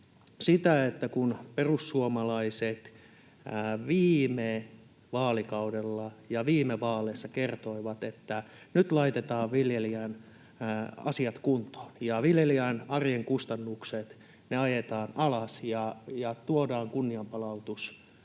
kun perussuomalaiset viime vaalikaudella ja viime vaaleissa kertoivat, että nyt laitetaan viljelijän asiat kuntoon ja viljelijän arjen kustannukset ajetaan alas ja tuodaan kunnianpalautus